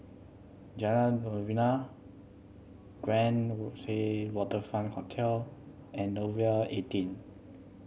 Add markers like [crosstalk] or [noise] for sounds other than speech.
Jalan Novena Grand [unintelligible] Waterfront Hotel and Nouvel eighteen